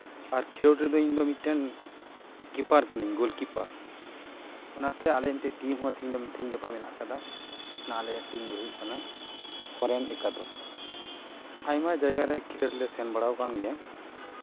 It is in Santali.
ᱟᱨ ᱠᱷᱮᱞᱳᱰ ᱨᱮᱫᱚ ᱤᱧᱫᱚ ᱢᱤᱫᱴᱮᱱ ᱠᱤᱯᱟᱨ ᱠᱟᱹᱱᱟᱹᱧ ᱜᱳᱞᱠᱤᱯᱟᱨ ᱚᱱᱟᱛᱮ ᱟᱞᱮ ᱢᱤᱫᱴᱮᱱ ᱴᱤᱢ ᱦᱚᱸ ᱛᱤᱦᱤᱧ ᱫᱚ ᱛᱤᱦᱤᱧ ᱜᱟᱯᱟ ᱢᱮᱱᱟᱜ ᱠᱟᱫᱟ ᱟᱞᱮᱭᱟᱜ ᱴᱤᱢ ᱫᱚ ᱦᱩᱭᱩᱜ ᱠᱟᱱᱟ ᱥᱚᱨᱮᱱ ᱮᱠᱟᱫᱚᱥ ᱟᱭᱢᱟ ᱡᱟᱭᱜᱟᱨᱮ ᱠᱷᱮᱞᱳᱰ ᱞᱮ ᱥᱮᱱ ᱵᱟᱲᱟᱣ ᱠᱟᱱ ᱜᱮᱭᱟ